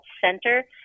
Center